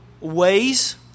ways